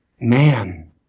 Man